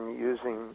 using